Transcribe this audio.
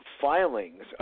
filings